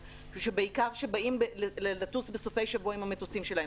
ושבעיקר באים לטוס בסופי שבוע עם המטוסים שלהם.